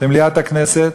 למליאת הכנסת,